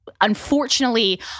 unfortunately